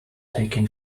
taken